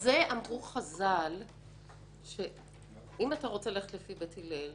על זה אמרו חז"ל שאם אתה רוצה ללכת לפי בית הלל,